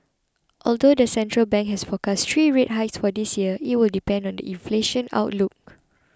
although the central bank has forecast three rate hikes for this year it will depend on the inflation outlook